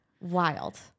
wild